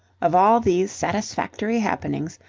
of all these satisfactory happenings,